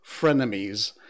frenemies